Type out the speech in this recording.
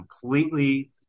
completely